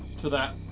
to that.